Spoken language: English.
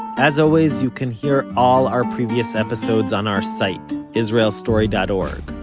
as always, you can hear all our previous episodes on our site, israelstory dot org,